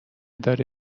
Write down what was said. داره